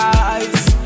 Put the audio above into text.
eyes